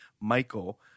Michael